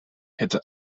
hätte